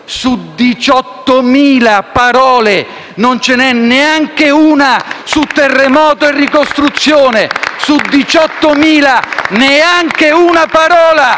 su 18.000 parole non ce n'è neanche una su terremoto e ricostruzione. Su 18.000 neanche una parola!